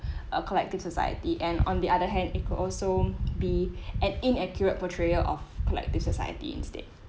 a collective society and on the other hand it could also be an inaccurate portrayal of collective society instead